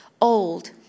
old